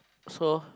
so